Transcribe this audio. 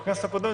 בכנסת הקודמת,